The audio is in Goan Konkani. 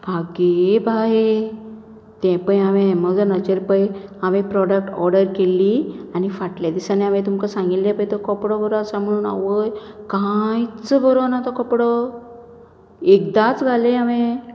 आगे बाये ते पळय हांवें अमेजोनाचेर पळय हांवें प्रोडाक्ट ऑर्डर केल्ली आनी फाटले दिसांनी हांवें तुमकां सांगिल्लो पळय तो कपडो बरो आसा म्हणून आवय कांयच बरो ना तो कपडो एकदांच घालें हांवें